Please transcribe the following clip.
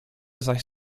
zaś